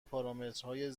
پارامترهای